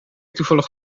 toevallig